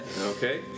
Okay